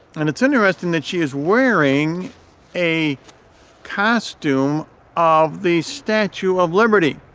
and it's interesting that she is wearing a costume of the statue of liberty.